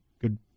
Good